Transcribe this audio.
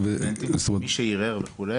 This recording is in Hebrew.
כ-100 סטודנטים שערערו,